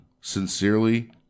Sincerely